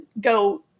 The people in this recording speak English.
go